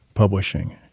Publishing